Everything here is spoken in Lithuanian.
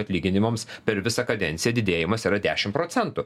atlyginimams per visą kadenciją didėjimas yra dešim procentų